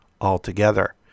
altogether